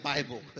Bible